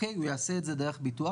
הוא יעשה את זה דרך ביטוח.